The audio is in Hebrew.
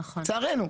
לצערנו,